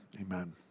amen